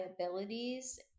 abilities